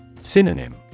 Synonym